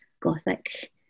gothic